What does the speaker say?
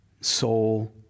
soul